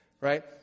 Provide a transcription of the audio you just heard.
right